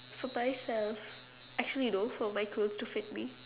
for myself actually you know for my clothes to fit me